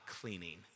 cleaning